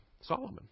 Solomon